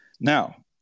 Now